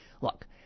look